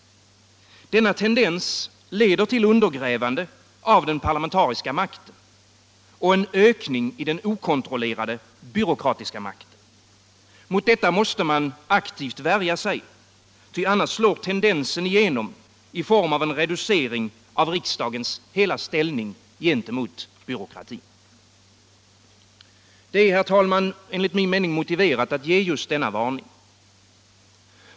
Denna tendens leder till undergrävande av den parlamentariska makten och en ökning i den okontrollerade, byråkratiska makten. Mot detta måste man aktivt värja sig, ty annars slår tendensen igenom i form av en reducering av riksdagens hela ställning gentemot byråkratin. Det är, herr talman, enligt min mening motiverat att ge just denna Nr 64 varning.